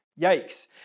Yikes